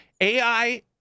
AI